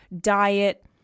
diet